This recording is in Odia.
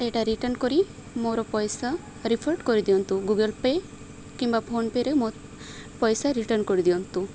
ଏଇଟା ରିଟର୍ଣ୍ଣ କରି ମୋର ପଇସା ରିଫଣ୍ଡ କରିଦିଅନ୍ତୁ ଗୁଗଲ୍ ପେ କିମ୍ବା ଫୋନ୍ପେରେ ମୋ ପଇସା ରିଟର୍ଣ୍ଣ କରିଦିଅନ୍ତୁ